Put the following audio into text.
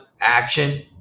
action